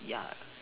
ya